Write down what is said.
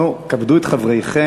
נו, כבדו את חבריכם.